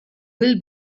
will